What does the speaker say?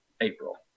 April